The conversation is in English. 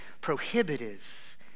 prohibitive